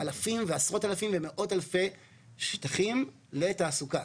אלפים ועשרות אלפים ומאות אלפי שטחים לתעסוקה,